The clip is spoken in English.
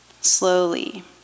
slowly